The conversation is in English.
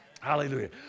Hallelujah